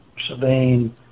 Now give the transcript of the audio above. Sabine